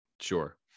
Sure